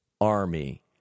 army